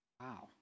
Wow